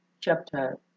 chapter